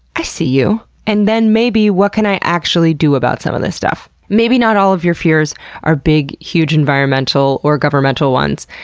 i see you. and then maybe, what can i actually do about some of this stuff? maybe not all of your fears are big huge environmental or governmental ones.